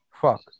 Fuck